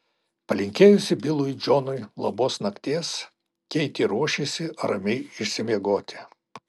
palinkėjusi bilui džonui labos nakties keitė ruošėsi ramiai išsimiegoti